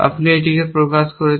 আপনি এটিকে প্রকাশ করেছেন